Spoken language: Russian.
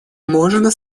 можно